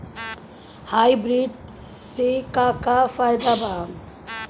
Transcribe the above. Hybrid से का का फायदा बा?